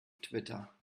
twitter